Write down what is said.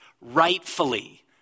rightfully